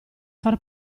far